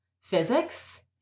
physics